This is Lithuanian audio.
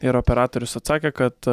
ir operatorius atsakė kad